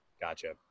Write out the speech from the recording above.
Gotcha